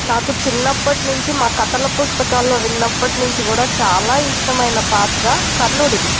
నాకు చిన్నప్పట్నుంచీ మా కథల పుస్తకాల్లో విన్నప్పటినుంచి కూడా చాలా ఇష్టమైన పాత్ర కర్ణుడిది